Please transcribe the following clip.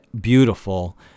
beautiful